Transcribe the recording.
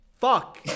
Fuck